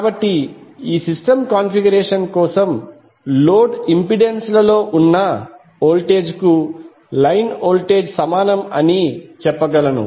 కాబట్టి ఈ system configuration కోసం లోడ్ ఇంపెడెన్స్ లలోఉన్న వోల్టేజ్ కు లైన్ వోల్టేజ్ సమానం అని చెప్పగలను